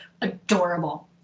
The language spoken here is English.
adorable